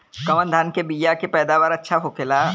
कवन धान के बीया के पैदावार अच्छा होखेला?